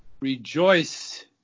Rejoice